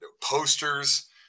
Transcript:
posters